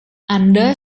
anda